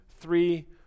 three